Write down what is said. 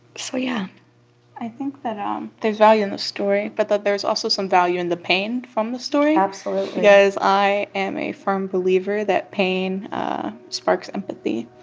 so yeah i think that um there's value in the story but that there's also some value in the pain from the story. absolutely. because i am a firm believer that pain sparks empathy.